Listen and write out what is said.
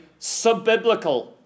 subbiblical